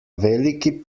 veliki